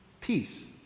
peace